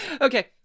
Okay